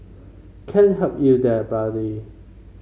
can't help you there buddy